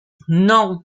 non